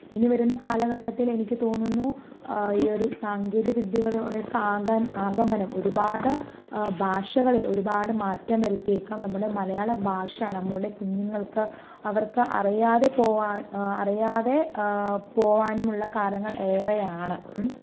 ഇനി വരുന്ന കാലഘട്ടത്തിൽ എനിക്ക് തോന്നുന്നു ഈ ഒരു സാങ്കേതിക വിദ്യയുടെ ഒക്കെ ആഗമനം ഒരുപാട് ഭാഷകളിൽ ഒരുപാട് മാറ്റം വരുത്തിയേക്കാം നമ്മുടെ മലയാള ഭാഷ നമ്മുടെ കുഞ്ഞുങ്ങൾക്ക് അവർക്ക് അറിയാതെ പോകാൻ അറിയാതെ പോകാനും ഉള്ള കാലങ്ങൾ ഏറെയാണ്